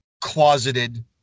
closeted